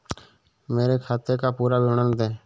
मेरे खाते का पुरा विवरण दे?